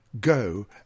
Go